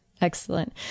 Excellent